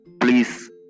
please